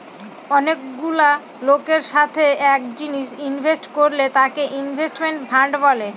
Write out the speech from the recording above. অনেকগুলা লোকের সাথে এক জিনিসে ইনভেস্ট করলে তাকে ইনভেস্টমেন্ট ফান্ড বলে